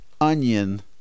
onion